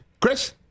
Chris